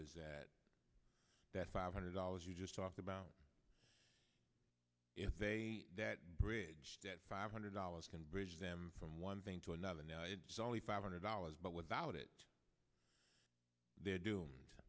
is that that five hundred dollars you just talked about that bridge that five hundred dollars can bridge them from one thing to another now it's only five hundred dollars but without it they're doomed